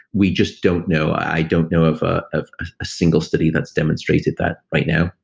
we just don't know. i don't know of ah of a single study that's demonstrated that right now